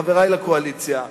חברי לקואליציה,